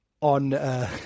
on